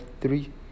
three